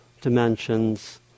dimensions